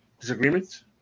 disagreements